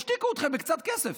ישתיקו אתכם בקצת כסף.